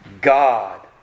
God